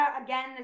again